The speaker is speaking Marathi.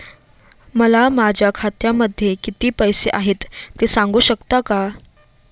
मला माझ्या खात्यामध्ये किती पैसे आहेत ते सांगू शकता का?